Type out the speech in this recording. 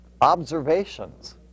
observations